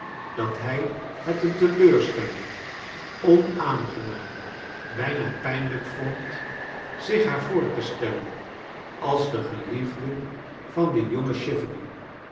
dat hij het een teleurs telling onaangenaam bijna pijnlijk vond zich haar voor te stellen als den geliefde van dien